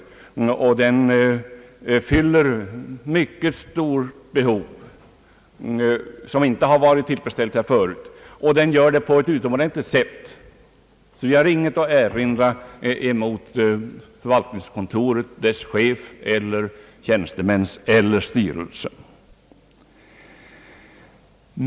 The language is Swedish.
Förvaltningskontoret fyller ett mycket stort behov som inte har kunnat tillfredsställas tidigare, och förvaltningskontoret gör det på ett utomordentligt sätt. Vi har ingenting att erinra mot förvaltningskontoret, dess chef, dess tjänstemän eller styrelse.